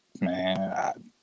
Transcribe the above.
man